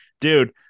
dude